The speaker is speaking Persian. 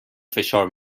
فشار